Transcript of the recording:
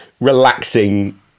relaxing